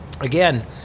again